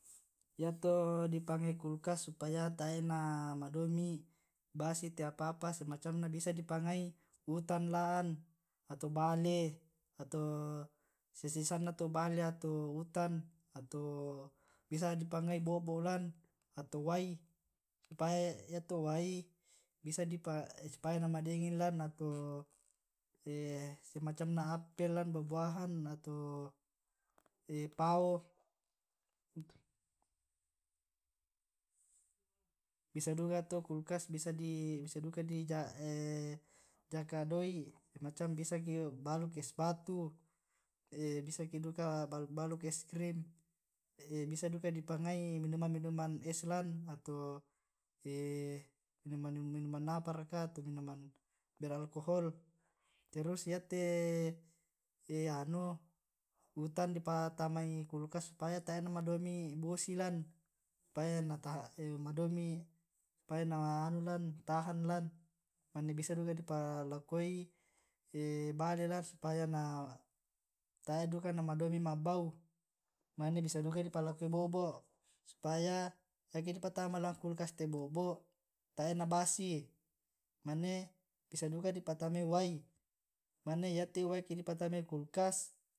yato di pangngai kulkas supaya tae na madomi basi te apa - apa semacam na bisa di pangngai utan lan ato bale ato sesa sesanna to' bale ato utan ato bisa di pangngai bo'bo' lan ato wai supaya yato wai bisa supaya na madingin lan ato semacam na appel lan buah - buahan ato pao. bisa duka to' kulkas bisa di bisa jaka doi' semacam bisaki baluk es batu bisaki duka baluk es krim bisa duka dipangngai minuman minuman es lan, ato minuman-miuman apa raka ato minuman ber-alkohol, terus yate anu utan di patamai kulkas supaya tae na madomi' bosi lan supaya na madomi anu tahan lan, mane bisa duka di palakoi bale lan supaya tae duka na madomi' ma' bau, mane bisa duka di palakoi bo'bo' supaya eke di patama lan kulkas te bo'bo' tae' na basi mane bisa duka di patamai wai mane yate wai ake di patamai kulkas.